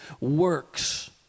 works